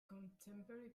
contemporary